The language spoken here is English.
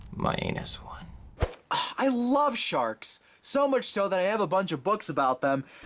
mianus won. i love sharks, so much so that i have a bunch of books about them.